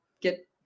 get